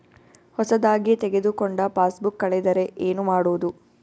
ಹೊಸದಾಗಿ ತೆಗೆದುಕೊಂಡ ಪಾಸ್ಬುಕ್ ಕಳೆದರೆ ಏನು ಮಾಡೋದು?